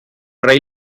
rey